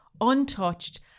untouched